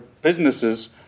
Businesses